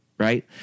Right